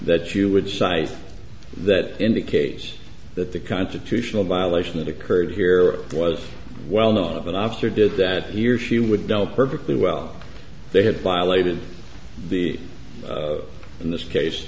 that you would cite that indicates that the constitutional violation that occurred here was well known up and after did that he or she would don't perfectly well they had violated the in this case